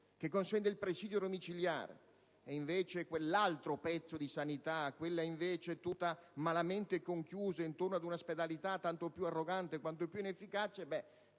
e consente il presidio domiciliare, e quell'altro pezzo di sanità, tutto malamente conchiuso intorno ad un'ospedalità tanto più arrogante quanto più inefficace.